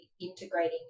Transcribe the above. integrating